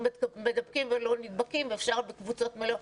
מדבקים ולא נדבקים ואפשר בקבוצות מלאות.